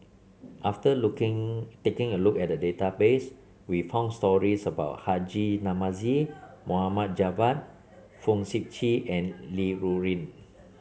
after looking taking a look at the database we found stories about Haji Namazie Mohd Javad Fong Sip Chee and Li Rulin